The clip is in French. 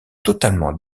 totalement